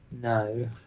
No